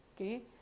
Okay